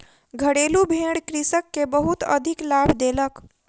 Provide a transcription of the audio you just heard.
घरेलु भेड़ कृषक के बहुत अधिक लाभ देलक